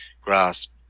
grasp